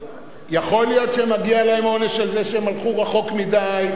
יכול להיות שמגיע להם עונש על זה שהם הלכו רחוק מדי,